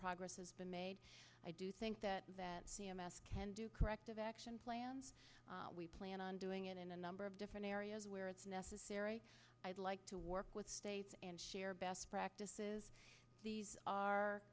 progress has been made i do think that c m s can do corrective action plan we plan on doing it in a number of different areas where it's necessary i'd like to work with states and share best practices these are